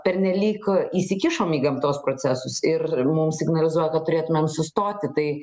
pernelyg įsikišom į gamtos procesus ir mum signalizuoja kad turėtumėm sustoti tai